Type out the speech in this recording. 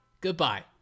goodbye